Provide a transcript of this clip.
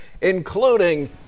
including